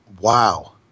Wow